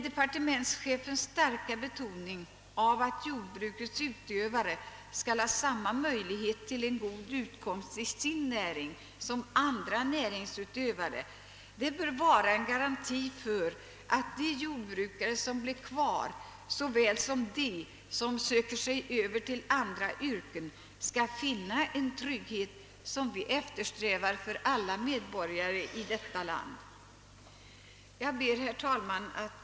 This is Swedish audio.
Departementschefens starka betoning av att jordbrukets utövare skall ha samma möjligheter att finna en god utkomst i sin näring som andra näringsutövare är en garanti för att de jordbrukare som blir kvar skall finna samma trygghet som vi eftersträvar för alla andra medborgare i detta land. Herr talman!